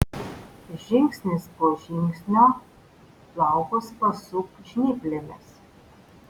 žingsnis po žingsnio plaukus pasuk žnyplėmis